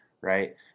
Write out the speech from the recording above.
right